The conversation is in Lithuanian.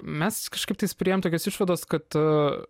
mes kažkaip tais priimtos išvados kad